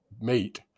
mate